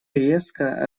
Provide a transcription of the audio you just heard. резко